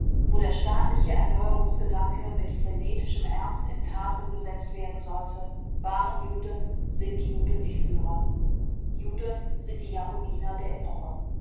wo der staatliche erneuerungsgedanke mit frenetischem ernst in tat umgesetzt werden sollte waren juden sind juden die führer juden sind die jakobiner der epoche